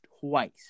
twice